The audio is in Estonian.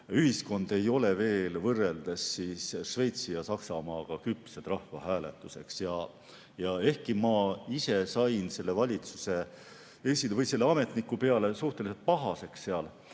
ühiskond ei ole veel võrreldes Šveitsi ja Saksamaaga küps rahvahääletuseks. Ehkki ma ise sain selle valitsuse esindaja või ametniku peale suhteliselt pahaseks, oli